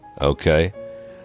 Okay